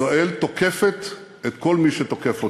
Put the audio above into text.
ישראל תוקפת את כל מי שתוקף אותה.